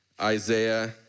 Isaiah